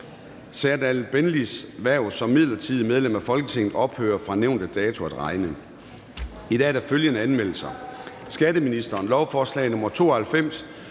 Serdal Benlis hverv som midlertidigt medlem af Folketinget ophører fra nævnte dato at regne. I dag er der følgende anmeldelser: